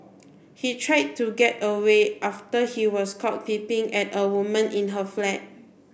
he tried to get away after he was caught peeping at a woman in her flat